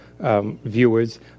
Viewers